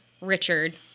Richard